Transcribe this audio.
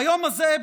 ביום הזה,